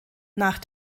nach